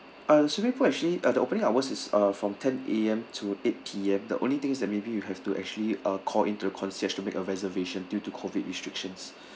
uh swimming pool actually uh the opening hours is uh from ten A_M to eight P_M the only thing is that maybe you have to actually uh call in to the concierge to make a reservation due to COVID restrictions